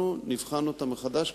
נבחן אותה מחדש,